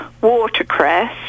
watercress